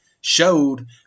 showed